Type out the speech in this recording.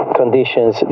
conditions